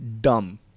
dumb